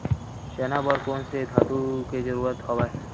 चना बर कोन से खातु के जरूरत हवय?